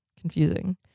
Confusing